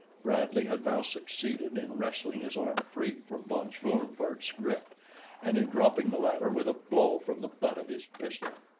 bradley had now succeeded in wrestling his arm free from von schoenvorts' grip and in dropping the latter with a blow from the butt of his pistol.